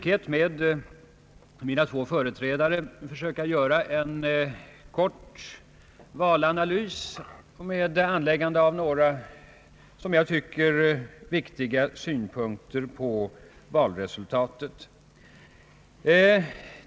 Herr talman!